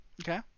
Okay